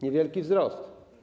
Niewielki wzrost.